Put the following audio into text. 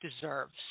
deserves